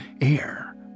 air